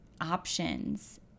options